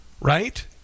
Right